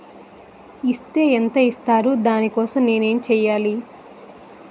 Is తే ఎంత ఇస్తారు దాని కోసం నేను ఎంచ్యేయాలి?